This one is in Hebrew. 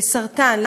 לסרטן,